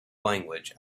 language